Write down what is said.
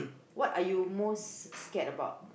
what are you most scared about